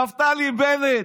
נפתלי בנט,